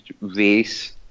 race